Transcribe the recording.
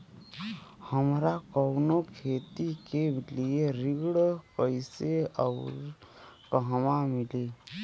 हमरा कवनो खेती के लिये ऋण कइसे अउर कहवा मिली?